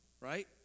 Right